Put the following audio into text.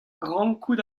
rankout